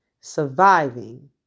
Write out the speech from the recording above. surviving